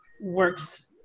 works